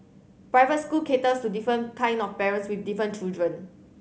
private school caters to different kind of parents with different children